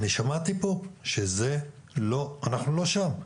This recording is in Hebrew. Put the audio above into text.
אני שמעתי פה שאנחנו לא שם.